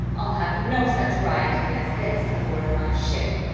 i'll have no such rioting as this aboard my ship.